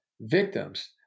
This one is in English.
victims